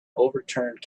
overturned